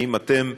האם אתם,